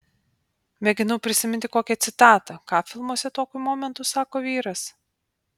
mėginau prisiminti kokią citatą ką filmuose tokiu momentu sako vyras